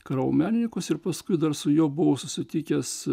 kuravo menininkus ir paskui dar su juo buvo susitikęs